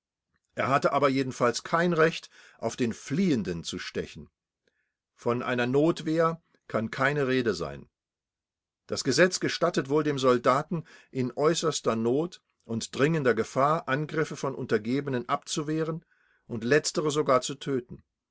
er hatte aber jedenfalls kein recht auf den fliehenden zu stechen von einer notwehr kann keine rede sein das gesetz gestattet wohl dem soldaten in äußerster not und dringender gefahr angriffe von untergebenen abzuwehren und letztere sogar zu töten